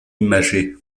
imagée